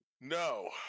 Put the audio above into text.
no